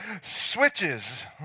switches